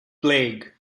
plague